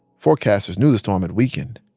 forecasters knew the storm had weakened.